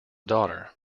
daughter